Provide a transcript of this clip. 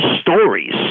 stories